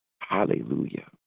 Hallelujah